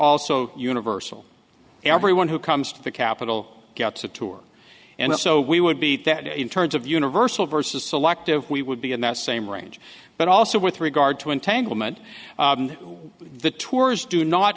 also universal everyone who comes to the capital gets a tour and so we would be that in terms of universal versus selective we would be in that same range but also with regard to entanglement the tours do not